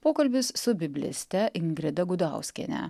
pokalbis su bibliste ingrida gudauskiene